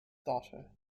daughter